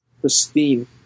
pristine